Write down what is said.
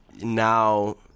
now